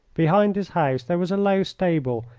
behind his house there was a low stable,